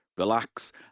relax